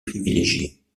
privilégiés